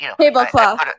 Tablecloth